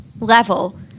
level